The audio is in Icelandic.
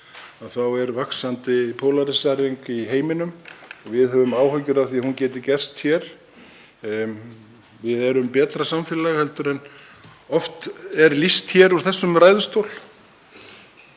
Það er vaxandi pólarísering í heiminum og við höfum áhyggjur af því að hún geti átt sér stað hér. Við erum betra samfélag en oft er lýst hér úr þessum ræðustól,